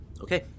Okay